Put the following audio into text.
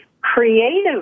creative